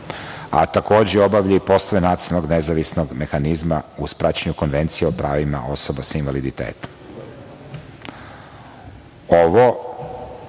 a takođe obavlja poslove i nacionalnog nezavisnog mehanizma, uz praćenje Konvencije o pravima osoba sa invaliditetom. Ovo